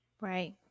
Right